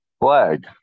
Flag